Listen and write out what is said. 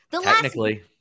Technically